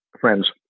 friends